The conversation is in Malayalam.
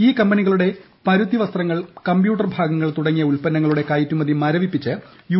ഈ കമ്പനികളുടെ പരുത്തി വസ്ത്രങ്ങൾ കമ്പ്യൂട്ടർ ഭാഗങ്ങൾ തുടങ്ങിയ ഉൽപ്പന്നങ്ങൾ കയറ്റുമതി മരവിപ്പിച്ച് യു